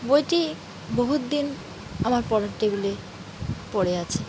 বইটি বহুত দিন আমার পড়ার টেবলে পড়ে আছে